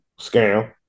Scam